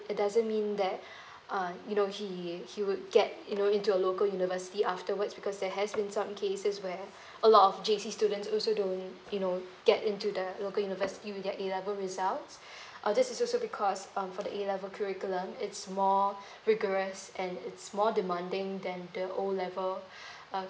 it doesn't mean that uh you know he he would get you know into a local university afterwards because there has been some cases where a lot of J_C students also don't you know get into the local university with the A level results uh this is also because um for the A level curriculum it's more vigorous and it's more demanding than the O level uh